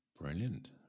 Brilliant